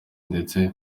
ndetse